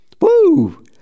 Woo